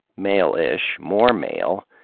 male-ish, more male,